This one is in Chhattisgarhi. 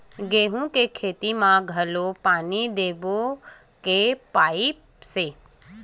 गेहूं के खेती म घोला पानी देबो के पाइप से?